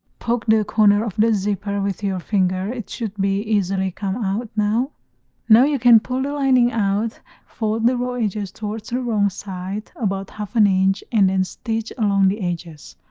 poke the corner of the zipper with your finger it should be easily come out now now you can pull the lining out fold the raw edges towards the wrong side about half an inch and then stitch along the edges.